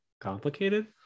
complicated